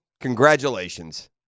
congratulations